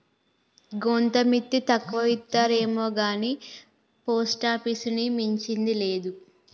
గోంత మిత్తి తక్కువిత్తరేమొగాని పోస్టాపీసుని మించింది లేదు